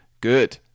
Good